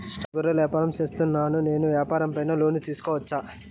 నేను గొర్రెలు వ్యాపారం సేస్తున్నాను, నేను వ్యాపారం పైన లోను తీసుకోవచ్చా?